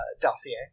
dossier